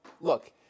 look